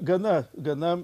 gana gana